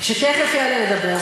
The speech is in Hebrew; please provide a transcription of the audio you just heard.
שתכף יעלה לדבר.